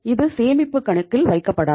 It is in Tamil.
இது சேமிப்பு கணக்கில் வைக்கப்படாது